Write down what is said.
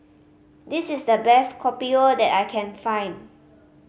this is the best Kopi O that I can find